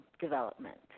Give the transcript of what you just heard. development